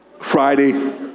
Friday